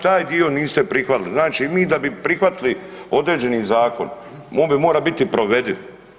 Taj dio niste prihvatili, znači mi da bi prihvatili određeni zakon on mora biti provediv.